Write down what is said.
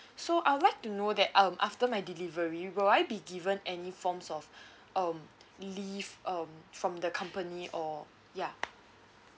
so I would like to know that uh after my delivery will I be given any forms of um leave um from the company or ya